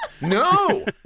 No